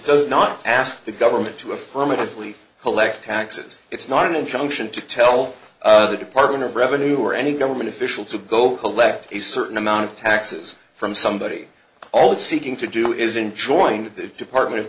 does not ask the government to affirmatively collect taxes it's not an injunction to tell the department of revenue or any government official to go collect a certain amount of taxes from somebody all seeking to do is enjoying the department of